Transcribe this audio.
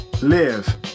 Live